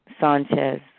Sanchez